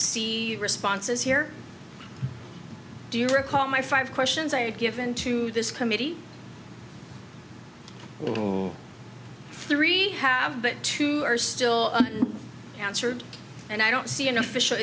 see responses here do you recall my five questions i had given to this committee three have but two are still answered and i don't see an official